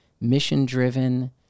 mission-driven